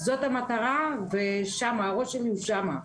זאת המטרה, והראש שלי הוא שם.